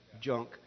junk